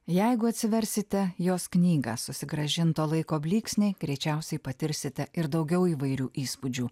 jeigu atsiversite jos knygą susigrąžinto laiko blyksniai greičiausiai patirsite ir daugiau įvairių įspūdžių